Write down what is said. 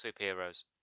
Superheroes